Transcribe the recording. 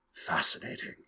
Fascinating